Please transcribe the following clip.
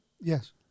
Yes